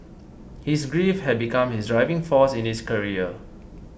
his grief had become his driving force in his career